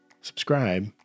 subscribe